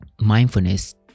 mindfulness